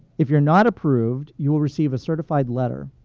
if you're not approved, you will receive a certified letter.